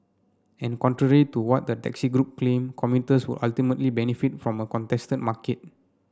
and contrary to what the taxi group claim commuters would ultimately benefit from a contested market